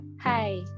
Hi